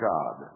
God